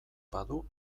badu